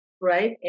right